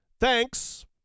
Thanks